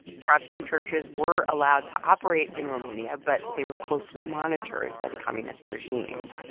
protestant churches were allowed to operate in romania, but they were closely monitored by the communist regime.